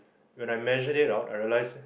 when I measure it out I realize